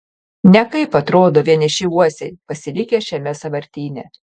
nekaip atrodo vieniši uosiai pasilikę šiame sąvartyne